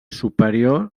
superior